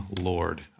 Lord